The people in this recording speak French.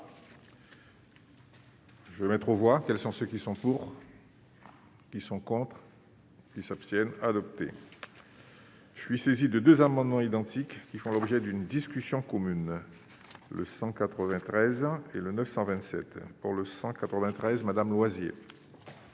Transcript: Je mettre aux voix, quels sont ceux qui sont pour, qui sont contre, ils s'abstiennent adopté je suis saisi de deux amendements identiques. Qui font l'objet d'une discussion commune le 100 93 ans, et le 927 pour le 193 Madame loisirs.